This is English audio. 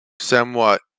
somewhat